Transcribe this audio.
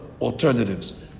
alternatives